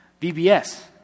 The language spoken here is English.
VBS